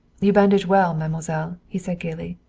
you bandage well, mademoiselle, he said gayly.